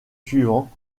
suivants